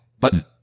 Button